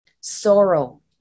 sorrow